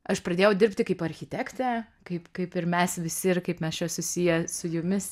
aš pradėjau dirbti kaip architektė kaip kaip ir mes visi ir kaip mes čia susiję su jumis